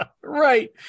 Right